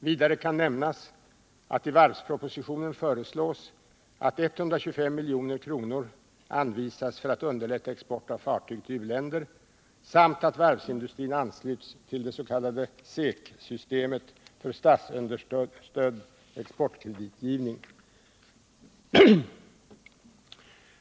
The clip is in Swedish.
Vidare kan nämnas att i varvspropositionen föreslås att 125 milj.kr. anvisas för att underlätta export av fartyg till u-länder samt att varvsindustrin ansluts till det s.k. SEK-systemet för statsunderstödd exportkreditgivning.